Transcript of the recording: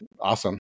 awesome